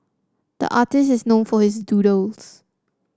the artist is known for his doodles